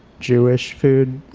jewish food,